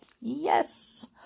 Yes